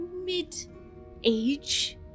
mid-age